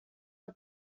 are